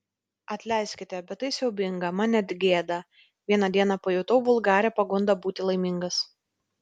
atleiskite bet tai siaubinga man net gėda vieną dieną pajutau vulgarią pagundą būti laimingas